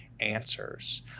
answers